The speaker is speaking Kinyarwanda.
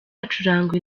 hacurangwa